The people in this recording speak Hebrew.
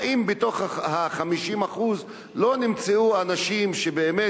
האם בתוך ה-50% לא נמצאו אנשים שבאמת